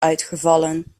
uitgevallen